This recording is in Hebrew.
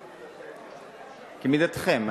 כמידתכם.